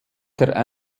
der